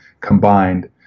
combined